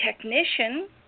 Technician